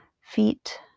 feet